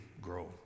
grow